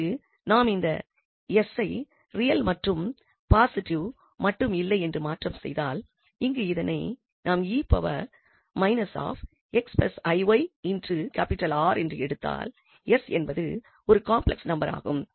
இங்கு நாம் இந்த 𝑠ஐ ரியல் மற்றும் பாசிட்டிவ் மட்டும் இல்லை என்று மாற்றம் செய்தால் இங்கு இதனை நாம் என்று எடுத்தால் 𝑠 என்பது ஒரு காம்ப்ளெக்ஸ் நம்பர் ஆகும்